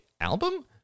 album